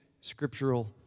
scriptural